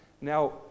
Now